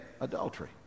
adultery